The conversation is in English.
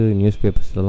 newspapers